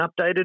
updated